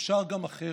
אפשר גם אחרת.